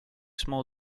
small